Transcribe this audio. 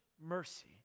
mercy